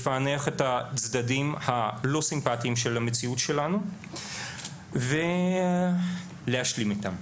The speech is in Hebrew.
לפענח את הצדדים הלא סימפטיים של המציאות שלנו ולהשלים איתם,